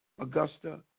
Augusta